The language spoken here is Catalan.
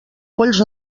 polls